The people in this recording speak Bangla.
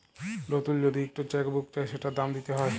লতুল যদি ইকট চ্যাক বুক চায় সেটার দাম দ্যিতে হ্যয়